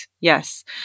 Yes